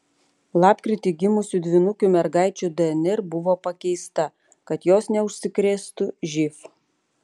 lapkritį gimusių dvynukių mergaičių dnr buvo pakeista kad jos neužsikrėstų živ